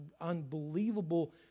unbelievable